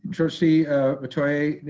trustee metoyer.